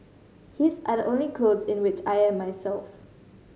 his are the only clothe in which I am myself